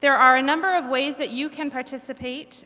there are a number of ways that you can participate